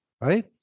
Right